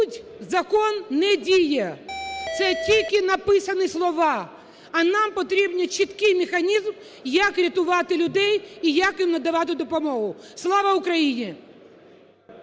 закон не діє, це тільки написані слова. А нам потрібний чіткий механізм, як рятувати людей і як їм надавати допомогу. Слава Україні!